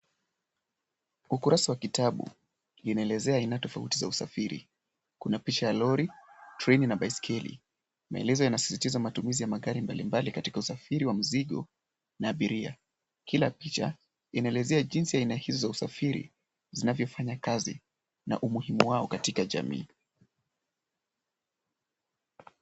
Ukurasa wa kitabu, linaelezea ina tofauti za usafiri. Kuna picha ya lori, treni na baiskeli. Maelezo yanasisitiza matumizi ya magari mbalimbali katika usafiri wa mzigo na abiria. Kila picha inaelezea jinsi ya inahitaji za usafiri, zinavyofanya kazi, na umuhimu wao katika jamii.